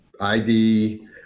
ID